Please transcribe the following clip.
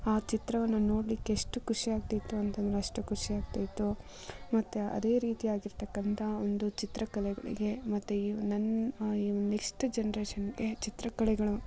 ಆ ಚಿತ್ರವನ್ನು ನೋಡಲಿಕ್ಕೆಷ್ಟು ಖುಷಿಯಾಗ್ತಿತ್ತು ಅಂತೆಂದ್ರೆ ಅಷ್ಟು ಖುಷಿ ಆಗ್ತಾ ಇತ್ತು ಮತ್ತೆ ಅದೇ ರೀತಿ ಆಗ್ತಿರ್ತಕ್ಕಂತಹ ಒಂದು ಚಿತ್ರ ಕಲೆಗಳಿಗೆ ಮತ್ತೆ ಈ ನನ್ನ ನೆಕ್ಸ್ಟ್ ಜನ್ರೇಷನ್ಗೆ ಚಿತ್ರಕಲೆಗಳನ್ನು